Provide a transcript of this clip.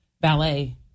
Ballet